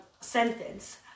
sentence